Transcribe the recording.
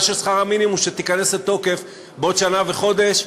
שתיכנס לתוקף בעוד שנה וחודש.